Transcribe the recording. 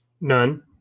None